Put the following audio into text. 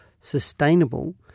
sustainable